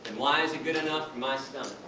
why is it good enough for my stomach?